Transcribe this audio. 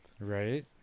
Right